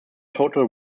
total